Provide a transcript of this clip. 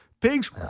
pigs